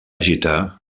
agitar